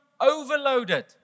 overloaded